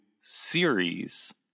series